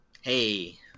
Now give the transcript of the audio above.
Hey